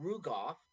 Rugoff